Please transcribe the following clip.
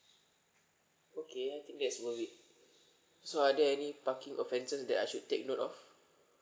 okay I think that's worth it so are there any parking offences that I should take note of